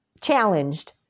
challenged